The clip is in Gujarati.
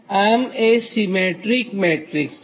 આમએ સીમેટ્રીક મેટ્રીક્સ છે